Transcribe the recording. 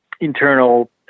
internal